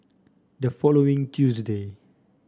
the following Tuesday